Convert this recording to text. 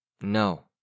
No